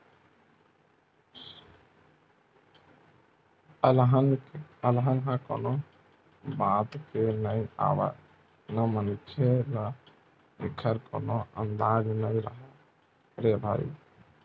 अलहन ह कोनो बताके नइ आवय न मनखे ल एखर कोनो अंदाजा नइ राहय रे भई